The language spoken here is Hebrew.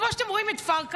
כמו שאתם רואים את פרקש,